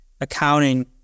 accounting